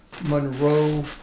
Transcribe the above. Monroe